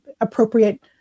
appropriate